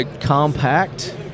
Compact